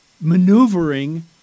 maneuvering